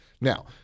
Now